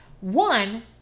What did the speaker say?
one